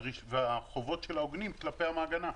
והחובות של העוגנים כלפי המעגנה.